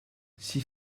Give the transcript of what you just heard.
sie